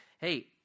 hey